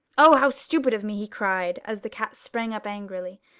oh, how stupid of me he cried, as the cat sprang up angrily,